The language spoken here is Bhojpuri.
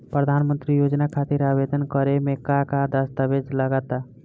प्रधानमंत्री योजना खातिर आवेदन करे मे का का दस्तावेजऽ लगा ता?